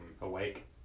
Awake